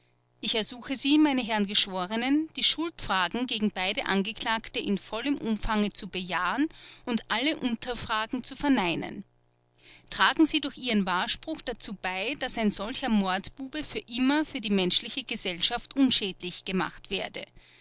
ich ersuche sie meine herren geschworenen die schuldfragen gegen beide angeklagte in vollem umfange zu bejahen und alle unterfragen zu verneinen tragen sie durch ihren wahrspruch dazu bei daß ein solcher mordbube für immer für die menschliche gesellschaft unschädlich gemacht werde